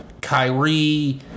Kyrie